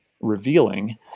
revealing